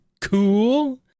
cool